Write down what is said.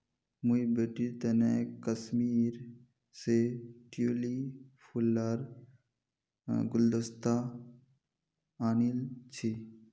मुई बेटीर तने कश्मीर स ट्यूलि फूल लार गुलदस्ता आनील छि